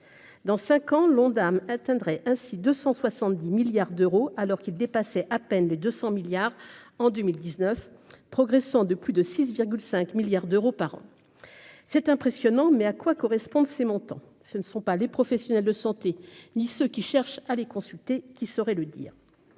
dans 5 ans, l'Ondam atteindrait ainsi 270 milliards d'euros, alors qu'il dépassait à peine les 200 milliards en 2019, progressant de plus de 6,5 milliards d'euros par an, c'est impressionnant, mais à quoi correspondent ces montants, ce ne sont pas les professionnels de santé, ni ceux qui cherchent à les consulter, qui saurait le dire